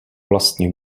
vlastně